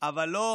אבל לא